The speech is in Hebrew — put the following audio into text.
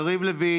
יריב לוין,